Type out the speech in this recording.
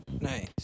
Nice